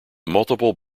multiple